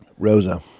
Rosa